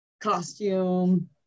costume